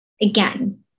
again